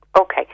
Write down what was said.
Okay